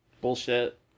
Bullshit